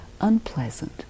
unpleasant